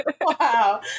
Wow